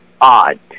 odd